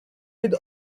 with